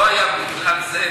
לא היה בגלל זה,